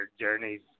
journey's